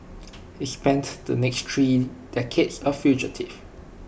he spent the next three decades A fugitive